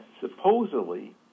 supposedly